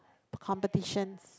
competitions